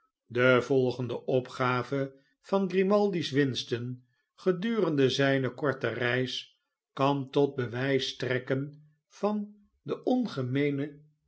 de volgende opgave van grimaldi's winsten gedurende zijne korte reis kan tot bewijs strekken van den